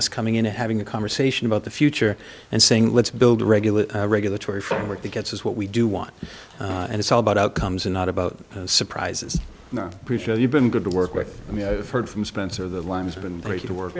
us coming into having a conversation about the future and saying let's build a regular regulatory framework that gets us what we do want and it's all about outcomes and not about surprises pre show you've been good to work with i mean i've heard from spencer the line has been crazy to work